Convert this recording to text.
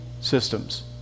systems